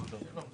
תעסוקה.